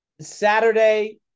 Saturday